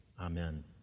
Amen